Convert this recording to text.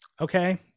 okay